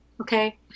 Okay